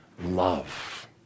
love